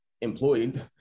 employed